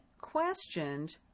questioned